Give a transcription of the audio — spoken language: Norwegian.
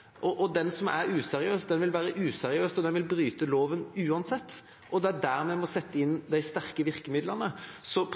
det enklere. Den som er useriøs, vil være useriøs, og den vil bryte loven uansett. Det er der vi må sette inn de sterke virkemidlene. Som